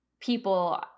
people